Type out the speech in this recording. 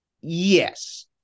Yes